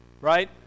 right